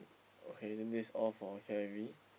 okay then this is all for K_I_V